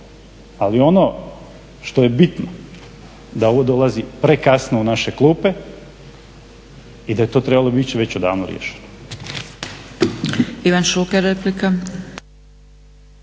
Ali ono što je bitno da ovo dolazi prekasno u naše klupe i da je to trebalo biti već odavno riješeno.